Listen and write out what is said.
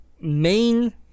main